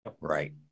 Right